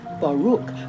baruch